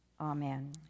Amen